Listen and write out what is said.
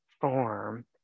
form